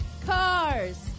cars